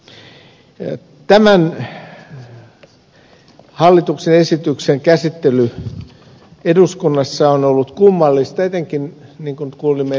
tämän hallituksen esityksen käsittely on ollut eduskunnassa kummallista etenkin niin kuin kuulimme ed